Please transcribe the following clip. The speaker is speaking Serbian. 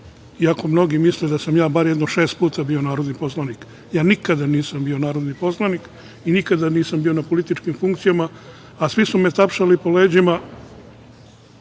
iako mnogi misle da sam ja barem jedno šest puta bio narodni poslanik. Nikada nisam bio narodi poslanik i nikada nisam bio na političkim funkcijama, a svi su me tapšali po leđima